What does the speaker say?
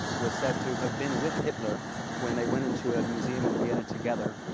was said to have been with hitler when they went into a museum in vienna together.